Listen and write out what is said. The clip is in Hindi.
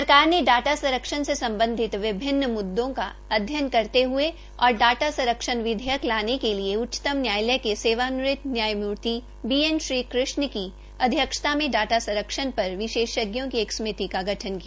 सरकार ने डाटा संरक्षण से सम्बधित विभिन्न मुददों का अध्ययन करने और डाटा संरक्षण विधेयक के साथ आने के लिए उच्चतम न्यायालय सेवानिवृत न्यायमूर्ति बी एन श्रीकृष्ण की अध्यक्षता में डाटा संरक्षण पर विशेषज्ञों की एक समिति का गठन किया